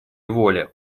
воли